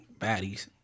Baddies